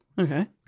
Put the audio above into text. Okay